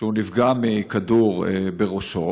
שהוא נפגע מכדור בראשו.